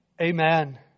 Amen